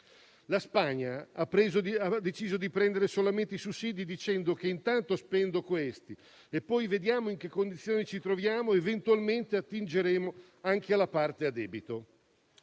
La Spagna ha deciso di prendere solamente i sussidi, dicendo che intanto spenderà queste risorse e poi vedrà in quali condizioni si troverà, ed eventualmente attingerà anche alla parte a debito.